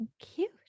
cute